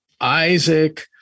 Isaac